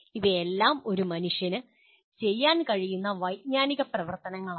ഇവയെല്ലാം ഒരു മനുഷ്യന് ചെയ്യാൻ കഴിയുന്ന വൈജ്ഞാനിക പ്രവർത്തനങ്ങളാണ്